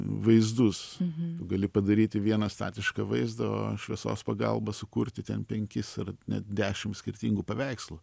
vaizdus gali padaryti vieną statišką vaizdą o šviesos pagalba sukurti ten penkis ar net dešimt skirtingų paveikslų